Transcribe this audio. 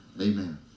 Amen